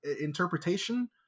interpretation